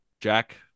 Jack